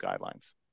guidelines